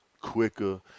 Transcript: quicker